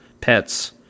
pets